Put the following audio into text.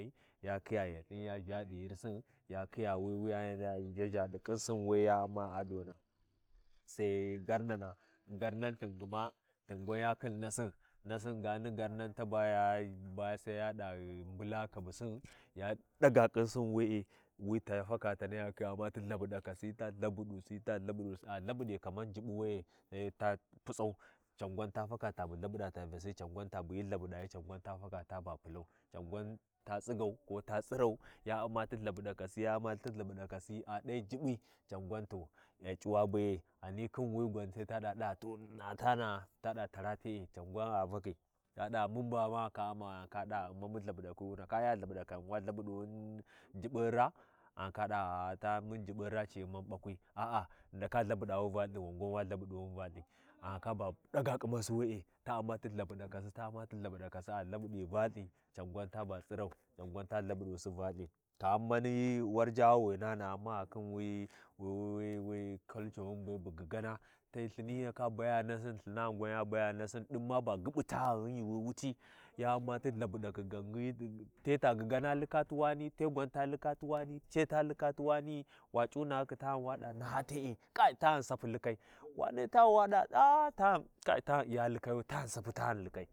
Ya khiya yaLthin ya ʒha ɗi yirLthiu, ya khiya wuyani, yaniya ʒha-ʒha ɗi kinsin wei ya Umma adaa, sai garnana, garnan Lthin gma, Lthin gwan ya khin nasin nasin gani garna tabaya ba-a sai yaɗa mbula kabusin ya ɗaga kinsin we’e, wi ta faka taniya U’mma ti Lhabudekasi ta Lhavudusi ta Lhabuusi, a Lhabuɗi kamar jibbu we’e, sai ta putsau can gwan ta faka can ta bu Lhabuɗa Vyasi, can gwan tubu hi Lhabuɗayi cangwanta faka taba Pulau, cangwan ta tsigau ko ta Lhabuɗakasi, gho a t’ai jiɓɓi, can gwan to ai C’uwa be ghani khin wi gwan, saita ɗa ɗa to na tana’a taɗa tara te’e. Caa gwan a fakhi, to ɗa mun ba ma ndaka U’mmawi? Ta ɗa Umma mu Lhabudaku wu ndaka Iya Lhabudakaa wa Lhabuɗuni jiɓɓun raa? Andaka ɗaaa mun jiɓɓun raa ci Vmmau ɓakwi, a’a ghi ndaka Lhabuɗawi Valthi, waa gwan wa Lhabuduni VaLthi andaka ba ɗaga ƙimasi we’e, ta U’mma ti Lhabuɗakasi ta U’amma ti Lhabuɗakasi, a Lhabiɗi VaLthi, cangwan taba tsrau, cangwan ta Lhabuɗusi VaLthi kaman mani warjawawina ma khin wi ai-wi culture wi gyugana ti Lthini hyi ndaku baya nasin Lthinani gwan ya baya nasin ɗin mabagyibuta ghanghun yuwi wuti, ya U’mma ti Lhabuɗakhi gangyi ti tan gujan lika ti wani, te ta lika ti wani, te ta lika ti wani’?, wa C’u nahakhi tani, waɗa naha te’e kait tani sapi likai, wane tani wa ɗa kai tani Iyaa likayu tani sapi tani Likai.